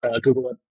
Google